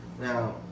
Now